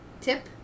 tip